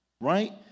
right